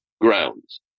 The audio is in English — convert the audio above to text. grounds